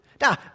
Now